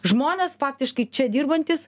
žmonės faktiškai čia dirbantys